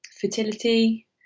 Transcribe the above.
fertility